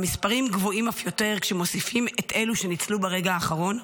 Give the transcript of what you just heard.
המספרים גבוהים אף יותר כשמוסיפים את אלו שניצלו ברגע האחרון,